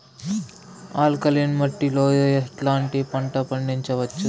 Alkaline మట్టి లో ఎట్లాంటి పంట పండించవచ్చు,?